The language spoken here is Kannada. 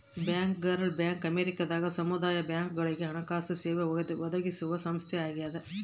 ಬ್ಯಾಂಕರ್ಗಳ ಬ್ಯಾಂಕ್ ಅಮೇರಿಕದಾಗ ಸಮುದಾಯ ಬ್ಯಾಂಕ್ಗಳುಗೆ ಹಣಕಾಸು ಸೇವೆ ಒದಗಿಸುವ ಸಂಸ್ಥೆಯಾಗದ